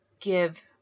give